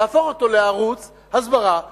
להפוך אותו לערוץ הסברה לאומי.